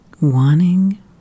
wanting